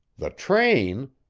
the train?